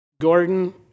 Gordon